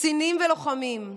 קצינים ולוחמים,